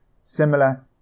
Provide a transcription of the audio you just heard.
similar